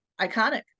iconic